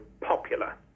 popular